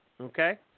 Okay